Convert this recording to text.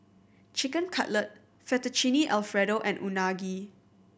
Chicken Cutlet Fettuccine Alfredo and Unagi